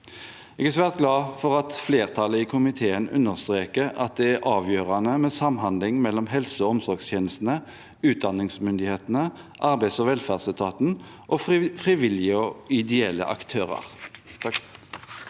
Jeg er svært glad for at flertallet i komiteen understreker at det er avgjørende med samhandling mellom helse- og omsorgstjenestene, utdanningsmyndighetene, arbeids- og velferdsetaten og frivillige og ideelle aktører.